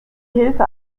hilfe